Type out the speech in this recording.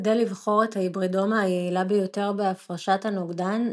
כדי לבחור את ההיברידומה היעילה ביותר בהפרשת הנוגדן,